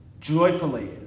joyfully